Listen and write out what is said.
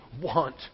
want